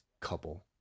couple